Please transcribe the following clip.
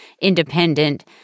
Independent